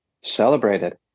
celebrated